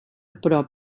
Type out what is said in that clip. prop